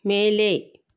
மேலே